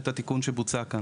את התיקון שבוצע כאן.